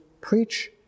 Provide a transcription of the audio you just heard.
preach